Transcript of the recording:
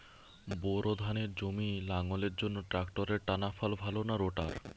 Bore ধানের জমি লাঙ্গলের জন্য ট্রাকটারের টানাফাল ভালো না রোটার?